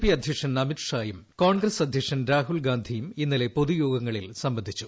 P അദ്ധ്യക്ഷൻ അമിത് ഷാർയൂം Congress അദ്ധ്യക്ഷൻ രാഹുൽ ഗാന്ധിയും ഇന്നലെ പ്രൊതുയോഗങ്ങളിൽ സംബന്ധിച്ചു